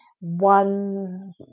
one